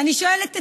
אני שואלת אתכם: